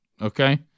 okay